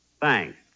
Thanks